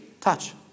touch